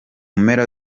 mpera